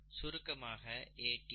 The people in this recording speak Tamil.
சுருக்கமாக ATP